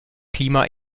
klima